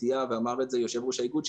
ואמר את זה יושב-ראש האיגוד,